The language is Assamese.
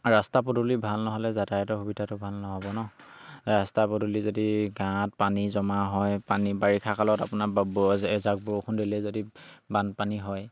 ৰাস্তা পদূলি ভাল নহ'লে যাতায়তৰ সুবিধাটো ভাল নহ'ব ন ৰাস্তা পদূলি যদি গাঁৱত পানী জমা হয় পানী বাৰিষা কালত আপোনাৰ ব বে এজাক বৰষুণ দিলে যদি বানপানী হয়